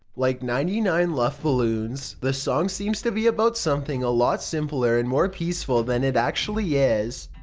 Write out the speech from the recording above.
like ninety nine luftballoons, the song seemed to be about something a lot simpler and more peaceful than it actually is.